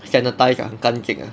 sanitised ah 很干净 uh